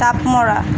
জাপ মৰা